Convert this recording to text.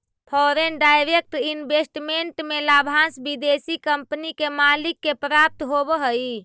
foreign direct investment में लाभांश विदेशी कंपनी के मालिक के प्राप्त होवऽ हई